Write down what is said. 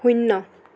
শূন্য